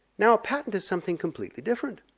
now a patent is something completely different.